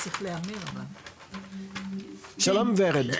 שלום ורד,